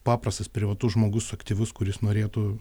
paprastas privatus žmogus aktyvus kuris norėtų